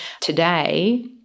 today